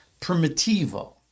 Primitivo